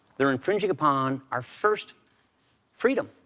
they're infringing upon our first freedom,